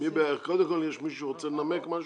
קודם כול, מישהו רוצה לנמק משהו?